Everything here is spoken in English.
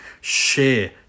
share